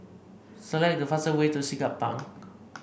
select the fastest way to Siglap Bank